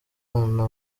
bana